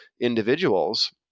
individuals –